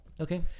Okay